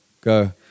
go